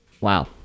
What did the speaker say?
Wow